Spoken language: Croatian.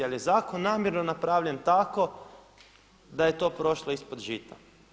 Ali zakon je namjerno napravljen tako da je to prošlo ispod žita.